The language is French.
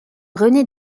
rené